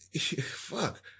Fuck